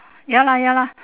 ya lah ya lah